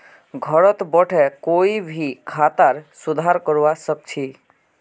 घरत बोठे कोई भी खातार सुधार करवा सख छि